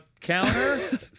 counter